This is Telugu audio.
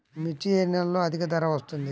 మిర్చి ఏ నెలలో అధిక ధర వస్తుంది?